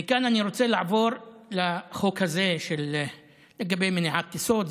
מכאן אני רוצה לעבור לחוק הזה לגבי מניעת טיסות,